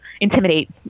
intimidate